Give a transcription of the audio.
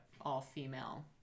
all-female